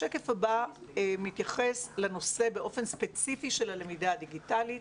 השקף הבא מתייחס לנושא באופן ספציפי של הלמידה הדיגיטלית.